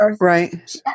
Right